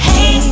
Hey